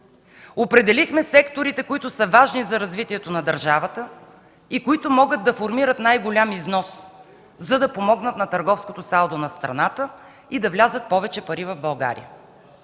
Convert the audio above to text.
определихме секторите, които са важни за развитието на държавата и които могат да формират най-голям износ, за да помогнат на търговското салдо на страната и да влязат повече пари в България.